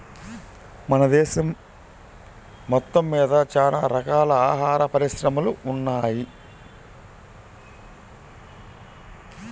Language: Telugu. మన దేశం మొత్తమ్మీద చానా రకాల ఆహార పరిశ్రమలు ఉన్నయ్